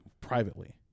privately